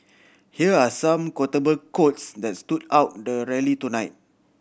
here are some quotable quotes that stood out at the rally tonight